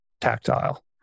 tactile